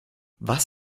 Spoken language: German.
was